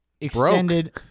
extended